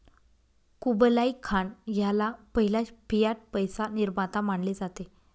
Kublai Khan ह्याला पहिला fiat पैसा निर्माता मानले जाते